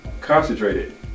concentrated